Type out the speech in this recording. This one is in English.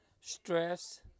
stress